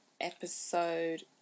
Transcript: Episode